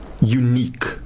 unique